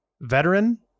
veteran